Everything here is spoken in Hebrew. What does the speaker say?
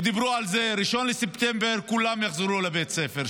דיברו על זה שב-1 בספטמבר כולם יחזרו לבית הספר.